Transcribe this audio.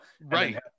Right